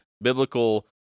biblical